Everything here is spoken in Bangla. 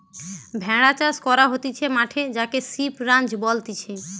ভেড়া চাষ করা হতিছে মাঠে যাকে সিপ রাঞ্চ বলতিছে